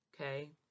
okay